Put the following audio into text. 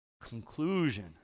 conclusion